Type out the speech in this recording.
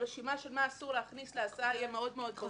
הרשימה של מה שאסור להכניס להסעה תהיה מאוד מאוד ברורה.